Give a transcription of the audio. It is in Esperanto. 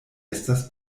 estas